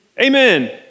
Amen